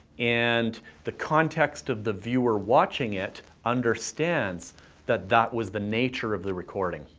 and the context of the viewer watching it understands that that was the nature of the recording.